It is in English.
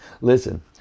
Listen